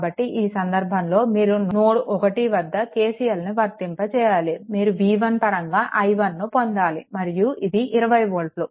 కాబట్టి ఈ సందర్భంలో మీరు నోడ్ 1 వద్ద KCLను వర్తింప చేయాలి మీరు v1 పరంగా i1 ను పొందాలి మరియు ఇది 20 వోల్ట్లు